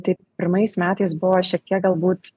tai pirmais metais buvo šiek tiek galbūt